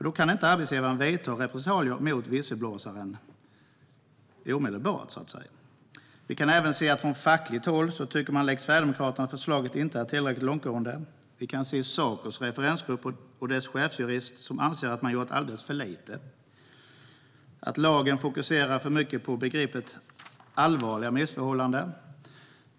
Då kan arbetsgivaren inte omedelbart vidta repressalier mot visselblåsaren. Också från fackligt håll tycker man som Sverigedemokraterna, att förslaget inte är tillräckligt långtgående. Sacos referensgrupp och dess chefsjurist anser att man har gjort alldeles för lite och att lagen fokuserar för mycket på begreppet "allvarliga missförhållanden".